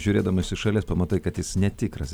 žiūrėdamas iš šalies pamatai kad jis netikras